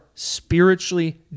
spiritually